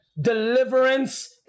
Deliverance